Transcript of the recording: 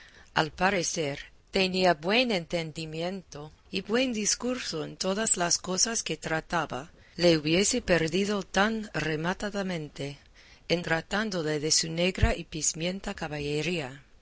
al parecer tenía buen entendimiento y buen discurso en todas las cosas que trataba le hubiese perdido tan rematadamente en tratándole de su negra y pizmienta caballería